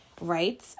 right